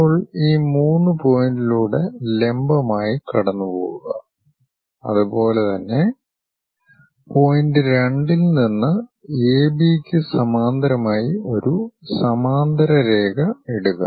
ഇപ്പോൾ ഈ 3 പോയിന്റിലൂടെ ലംബമായി കടന്നുപോകുക അതുപോലെ തന്നെ പോയിന്റ് 2 ൽ നിന്ന് എ ബിക്ക് സമാന്തരമായി ഒരു സമാന്തര രേഖ ഇടുക